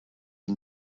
een